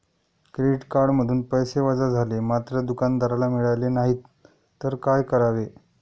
Credit कार्डमधून पैसे वजा झाले मात्र दुकानदाराला मिळाले नाहीत तर काय करावे?